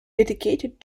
dedicated